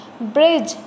bridge